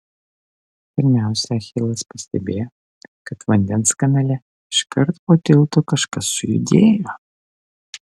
pirmiausia achilas pastebėjo kad vandens kanale iškart po tiltu kažkas sujudėjo